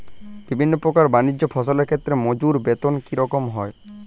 বিভিন্ন প্রকার বানিজ্য ফসলের ক্ষেত্রে মজুর বেতন কী রকম হয়?